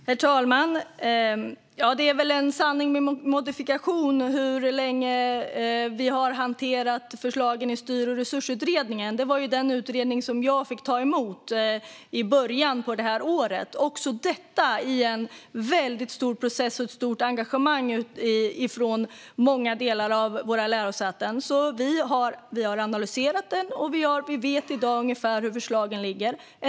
Herr talman! Att vi har hanterat Styr och resursutredningens förslag i ett år är nog en sanning med modifikation. Den utredningen fick jag ta emot i början av detta år. Den hade genomgått en väldigt stor process med stort engagemang från många delar av lärosätena. Vi har analyserat den, och i dag vet vi ungefär hur förslagen ser ut.